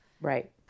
Right